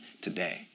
today